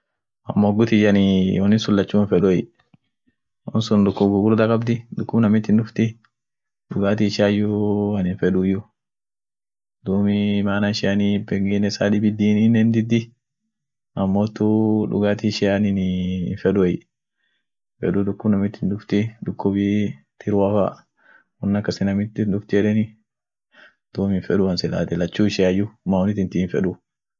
Aheey dadiin, gagarai gagariit jirai taa gara woraat midaaseet jira, ak kienyejiat midaaseent jira ta duukaat jirai gugurda ishin woliin jirai, pengine woliit jirai amootu aminen woniinen gagara manyeden malat ,tabidin hinmiyooti tadibin hinbushooti, tadibiinen hinkurootie